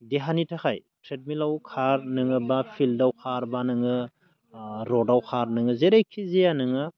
देहानि थाखाय ट्रेडमिलाव खार नोङो बा फिल्डआव खार बा नोङो रडआव खार नोङो जेरैखि जाया नोङो